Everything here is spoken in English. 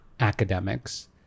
academics